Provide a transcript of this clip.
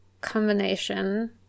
combination